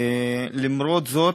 למרות זאת,